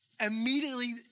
immediately